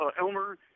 Elmer